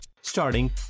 starting